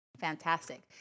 fantastic